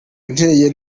nteye